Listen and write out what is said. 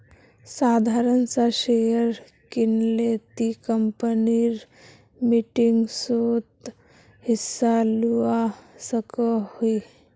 साधारण सा शेयर किनले ती कंपनीर मीटिंगसोत हिस्सा लुआ सकोही